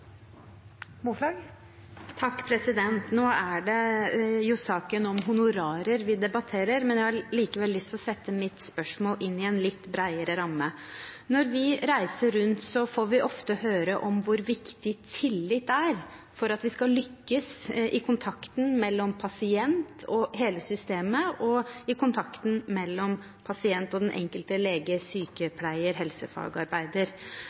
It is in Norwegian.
blir replikkordskifte. Nå er det jo saken om honorarer vi debatterer, men jeg har likevel lyst til å sette mitt spørsmål inn i en litt bredere ramme. Når vi reiser rundt, får vi ofte høre om hvor viktig tillit er for at vi skal lykkes i kontakten mellom pasienten og hele systemet, og mellom pasienten og den enkelte lege,